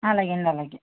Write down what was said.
అలాగేనండి అలాగే